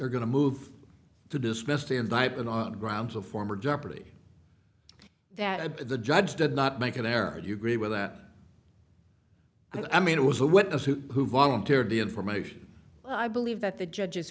you're going to move to dismiss the indictment on grounds of former jeopardy that the judge did not make an error you agree with that i mean it was a witness who who volunteered the information i believe that the judge's